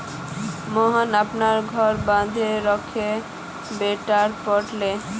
मोहन अपनार घर बंधक राखे बेटाक पढ़ाले